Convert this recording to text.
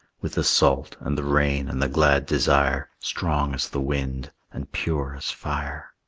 with the salt, and the rain, and the glad desire strong as the wind and pure as fire.